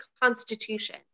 constitution